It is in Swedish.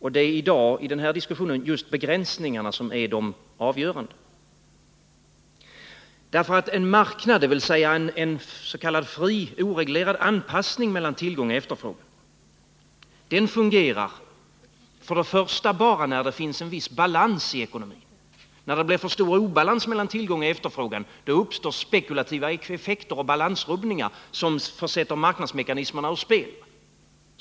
I den här diskussionen i dag är det just begränsningarna som är avgörande. En marknad, dvs. en s.k. fri oreglerad anpassning mellan tillgång och efterfrågan, fungerar bara när det råder en viss balans i ekonomin. När det blir för stor obalans mellan tillgång och efterfrågan uppstår spekulativa effekter och balansrubbningar, som sätter marknadsmekanismerna ur spel.